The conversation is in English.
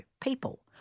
people